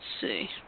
see